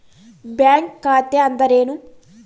Bank ಖಾತೆ ಅಂದರೆ ಏನು?